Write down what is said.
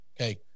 Okay